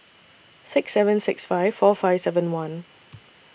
six seven six five four five seven one